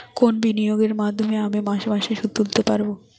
কোন বিনিয়োগের মাধ্যমে আমি মাসে মাসে সুদ তুলতে পারবো?